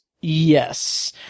Yes